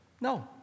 no